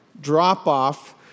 drop-off